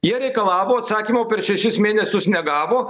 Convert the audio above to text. jie reikalavo atsakymo per šešis mėnesius negavo